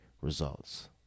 results